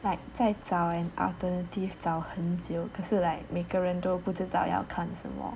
like 再找 an alternative 找很久可是 like 每个人都不知道要看什么